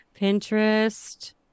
Pinterest